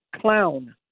clown